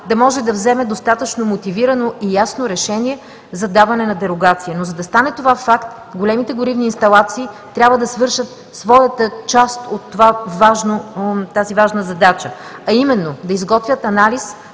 да може да вземе достатъчно мотивирано и ясно решение за даване на дерогация. За да стане това факт, големите горивни инсталации трябва да свършат своята част от тази важна задача – да изготвят анализ,